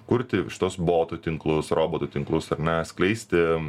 kurti šituos botų tinklus robotų tinklus ar ne skleisti